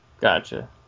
Gotcha